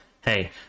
hey